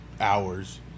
hours